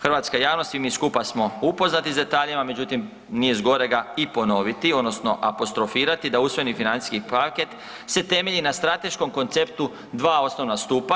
Hrvatska javnost i mi svi skupa smo upoznati s detaljima, međutim nije zgorega i ponoviti odnosno apostrofirati da usvojeni financijski paket se temelji na strateškom konceptu dva osnovna stupa.